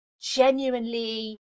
genuinely